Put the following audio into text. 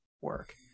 work